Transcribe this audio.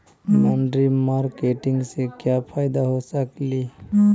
मनरी मारकेटिग से क्या फायदा हो सकेली?